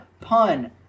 pun